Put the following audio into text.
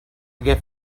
gift